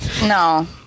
no